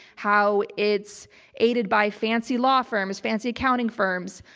how it's aided by fancy law firms, fancy accounting firms,